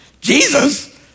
Jesus